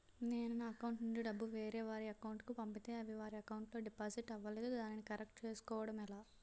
నేను నా అకౌంట్ నుండి డబ్బు వేరే వారి అకౌంట్ కు పంపితే అవి వారి అకౌంట్ లొ డిపాజిట్ అవలేదు దానిని కరెక్ట్ చేసుకోవడం ఎలా?